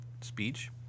speech